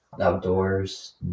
outdoors